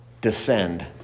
descend